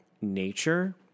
nature